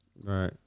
Right